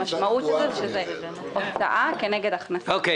המשמעות היא שזאת הוצאה כנגד הכנסה,